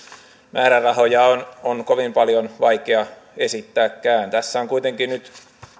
määrärahoja on on kovin paljon vaikea esittääkään tässä on kuitenkin nyt